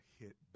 hit